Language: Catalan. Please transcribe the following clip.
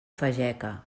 fageca